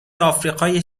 آفریقای